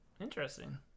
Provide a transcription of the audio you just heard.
Interesting